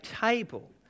table